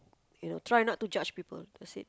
you know try not to judge people that's it